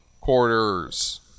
quarters